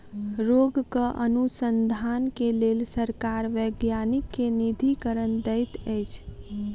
रोगक अनुसन्धान के लेल सरकार वैज्ञानिक के निधिकरण दैत अछि